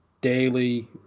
daily